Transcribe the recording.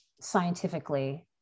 scientifically